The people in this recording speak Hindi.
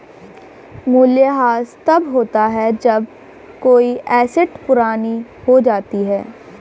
मूल्यह्रास तब होता है जब कोई एसेट पुरानी हो जाती है